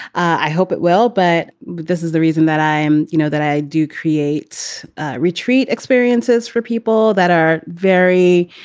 i hope it well, but this is the reason that i am you know, that i do create retreat experiences for people that are very.